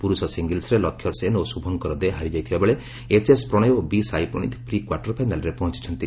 ପୁରୁଷ ସିଙ୍ଗିଲ୍ସରେ ଲକ୍ଷ୍ୟ ସେନ ଓ ଶୁଭଙ୍କର ଦେ ହାରିଯାଇଥିବା ବେଳେ ଏଚ୍ଏସ୍ ପ୍ରଣୟ ଓ ବିସାଇପ୍ରଣୀଥ୍ ପ୍ରି କ୍ୱାର୍ଟରଫାଇନାଲ୍ରେ ପହଞ୍ଚ୍ଚ ୍ଚନ୍ତି